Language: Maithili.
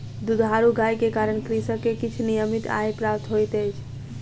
दुधारू गाय के कारण कृषक के किछ नियमित आय प्राप्त होइत अछि